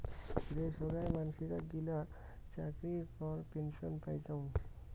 যে সোগায় মানসি গিলা চাকরির পর পেনসন পাইচুঙ